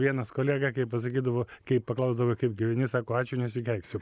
vienas kolega kaip pasakydavo kai paklausdavo kaip gyveni sakau ačiū nesikeiksiu